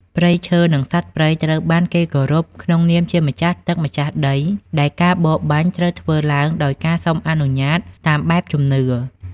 ព្រៃឈើ និងសត្វព្រៃត្រូវបានគេគោរពក្នុងនាមជាម្ចាស់ទឹកម្ចាស់ដី ដែលការបរបាញ់ត្រូវធ្វើឡើងដោយការសុំអនុញ្ញាតតាមបែបជំនឿ។